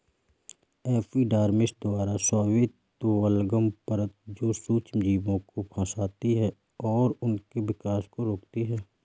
epidermis द्वारा स्रावित बलगम परत जो सूक्ष्मजीवों को फंसाती है और उनके विकास को रोकती है